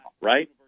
right